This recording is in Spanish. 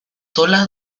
sola